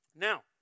Now